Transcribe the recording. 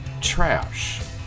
trash